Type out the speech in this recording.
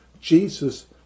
Jesus